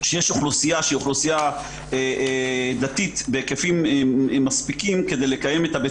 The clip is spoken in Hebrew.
שיש אוכלוסייה דתית בהיקפים מספיקים כדי לקיים את בית